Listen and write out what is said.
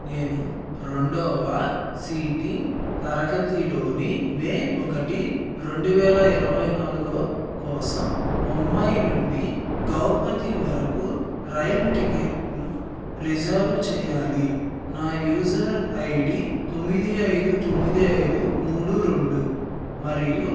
నేను రెండవ సీటింగ్ తరగతిలోని మే ఒకటి రెండు వేల ఇరవై నాలుగో కోసం ముంబై నుండి గౌహతి వరకు రైల్ టికెట్ను రిజర్వ్ చెయ్యాలి నా యూజర్ ఐడీ తొమ్మిది ఐదు తొమ్మిది ఐదు మూడు రెండు మరియు